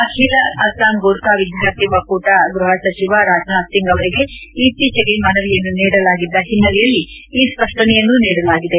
ಆಖಿಲ ಅಸ್ಪಾಂ ಗೂರ್ಖಾ ವಿದ್ಯಾರ್ಥಿ ಒಕ್ಕೂ ಟ ಗ್ವಹ ಸಚಿವ ರಾಜನಾಥ್ ಸಿಂಗ್ ಅವರಿಗೆ ಇತ್ತೀಚೆಗೆ ಮನವಿಯನ್ನು ನೀಡಲಾಗಿದ್ದ ಹಿನ್ನೆಲೆಯಲ್ಲಿ ಈ ಸ್ಪಡ್ವನೆಯನ್ನು ನೀಡಲಾಗಿದೆ